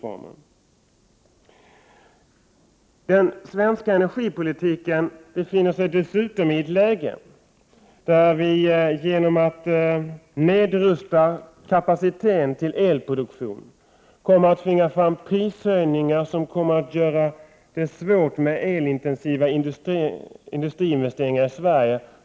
Vidare befinner vi oss när det gäller energipolitiken i ett läge där vi genom att nedrusta kapaciteten beträffande elproduktion kommer att tvinga fram prishöjningar som kommer att innebära svårigheter för elintensiva industriinvesteringar i Sverige.